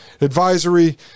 advisory